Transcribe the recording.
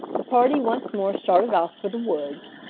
the party once more started off for the woods.